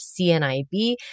CNIB